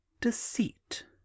deceit